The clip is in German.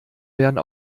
werden